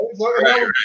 right